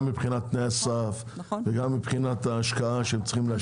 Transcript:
גם מבחינת תנאי הסף וגם מבחינת ההשקעה שצריכים להשקיע.